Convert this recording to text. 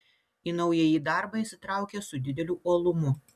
į naująjį darbą įsitraukė su dideliu uolumu